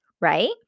right